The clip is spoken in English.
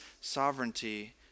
sovereignty